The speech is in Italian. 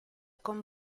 con